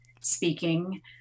speaking